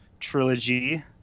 Trilogy